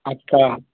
आपका